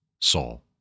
Saul